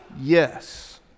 Yes